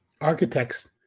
architects